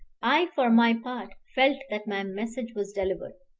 i, for my part, felt that my message was delivered.